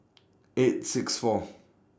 eight six four